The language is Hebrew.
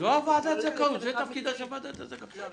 זה תפקידה של ועדת הזכאות.